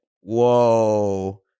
Whoa